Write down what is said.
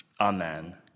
Amen